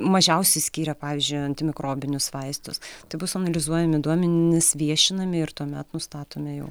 mažiausiai skyrė pavyzdžiui antimikrobinius vaistus tai bus analizuojami duomenys viešinami ir tuomet nustatomi jau